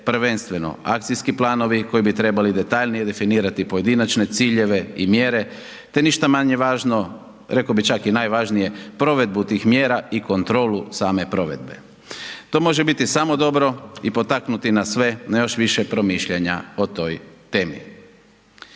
prvenstveno, akcijski planovi koji bi trebali detaljnije definirati pojedinačne ciljeve i mjere, te ništa manje važno, rekao bih čak i najvažnije, provedbu tih mjera i kontrolu same provedbe. To može biti samo dobro i potaknuti nas sve na još više promišljanja o toj temi.